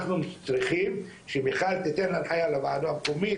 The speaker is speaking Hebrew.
אנחנו צריכים שמיכל תיתן הנחייה לוועדה המקומית,